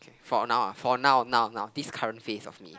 for now ah for now now now this current phase of me